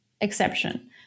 exception